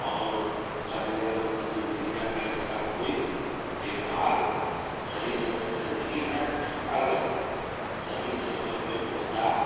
और कहने का मतलब जो मीडिया का इसका कोई देखभाल सही समय से नहीं है अगर सही समय पे होता